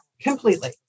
completely